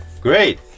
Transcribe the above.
Great